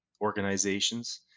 organizations